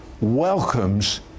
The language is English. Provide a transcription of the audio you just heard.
welcomes